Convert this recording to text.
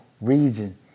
region